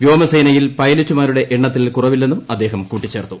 വ്യോമസേനയിൽപൈലറ്റുമാരുടെ എണ്ണത്തിൽ കുറവില്ലെന്നും അദ്ദേഹം കൂട്ടിച്ചേർത്തു